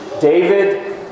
David